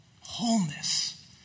Wholeness